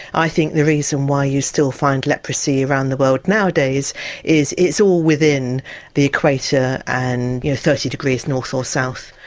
i think the reason why you still find leprosy around the world nowadays is it's all within the equator and you know thirty degrees north or south,